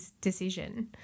decision